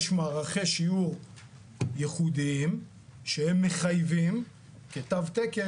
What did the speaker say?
יש מערכי שיעור ייחודיים שהם מחייבים כתו תקן